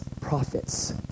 prophets